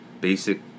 Basic